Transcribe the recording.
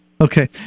Okay